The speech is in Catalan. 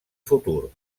futur